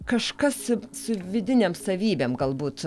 kažkas su vidinėm savybėm galbūt